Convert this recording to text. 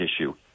issue